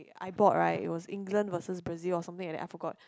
I bought right it was England versus Brazil something like that I forgot